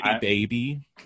Baby